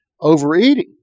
overeating